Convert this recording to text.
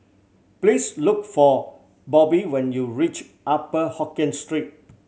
please look for Bobbie when you reach Upper Hokkien Street